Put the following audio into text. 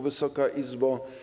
Wysoka Izbo!